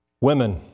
Women